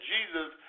Jesus